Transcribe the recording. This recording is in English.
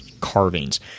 carvings